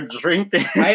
drinking